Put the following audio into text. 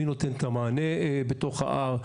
מי נותן את המענה בתוך ההר,